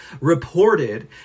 reported